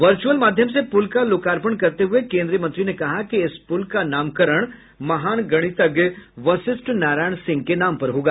virtual माध्यम से पुल का लोकार्पण करते हुए केन्द्रीय मंत्री ने कहा कि इस पुल का नामकरण महान गणितज्ञ वशिष्ठ नारायण सिंह के नाम पर होगा